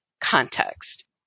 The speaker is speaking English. context